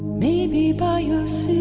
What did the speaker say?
maybe by ah so